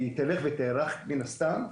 היא תלך ותיארך, מן הסתם.